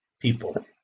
people